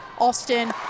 Austin